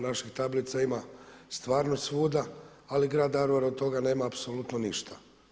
Naših tablica ima stvarno svuda, ali grad Daruvar od toga nema apsolutno ništa.